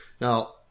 Now